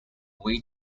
way